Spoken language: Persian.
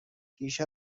پیش